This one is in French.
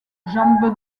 jambe